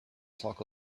talk